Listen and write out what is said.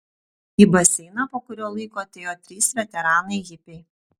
į baseiną po kurio laiko atėjo trys veteranai hipiai